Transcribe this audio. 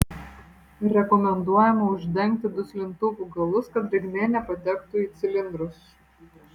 rekomenduojama uždengti duslintuvų galus kad drėgmė nepatektų į cilindrus